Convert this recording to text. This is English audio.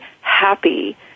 happy